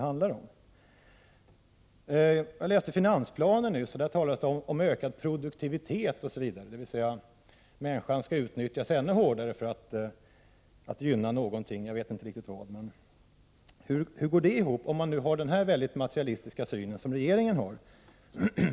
4 Jag läste finansplanen där det talas om ökad produktivitet, osv., alltså att människan skall utnyttjas ännu hårdare för att gynna någonting, jag vet inte riktigt vad. Hur går det ihop om man har den mycket materialistiska syn som regeringen har?